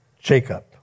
Jacob